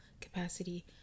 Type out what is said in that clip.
capacity